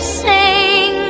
sing